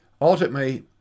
Ultimately